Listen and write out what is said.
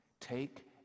Take